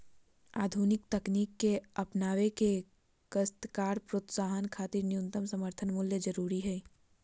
आधुनिक तकनीक के अपनावे ले काश्तकार प्रोत्साहन खातिर न्यूनतम समर्थन मूल्य जरूरी हई